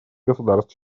государств